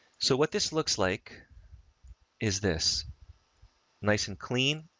so what this looks like is this nice and clean.